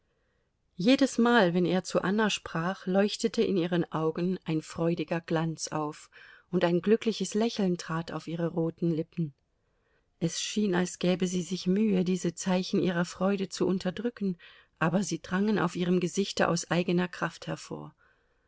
jedesmal wenn er zu anna sprach leuchtete in ihren augen ein freudiger glanz auf und ein glückliches lächeln trat auf ihre roten lippen es schien als gäbe sie sich mühe diese zeichen ihrer freude zu unterdrücken aber sie drangen auf ihrem gesichte aus eigener kraft hervor